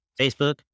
facebook